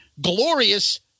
glorious